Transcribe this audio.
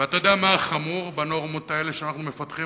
ואתה יודע מה החמור בנורמות האלה שאנחנו מפתחים,